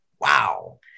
wow